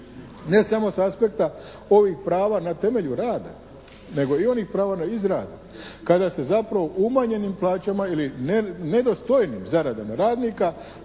Ne samo s aspekta ovih prava na temelju rada, nego i onih prava iz rad kada se zapravo umanjenim plaćama ili nedostojnim zaradama radnika